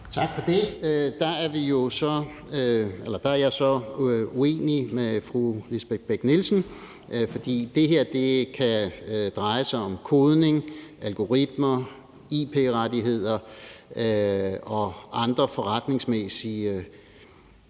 Tak for det. Der er jeg så uenig med fru Lisbeth Bech-Nielsen, for det her kan dreje sig om kodning, algoritmer, ip-rettigheder og andre forretningsmæssige